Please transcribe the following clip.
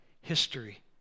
history